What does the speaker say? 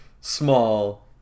small